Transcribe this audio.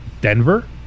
Denver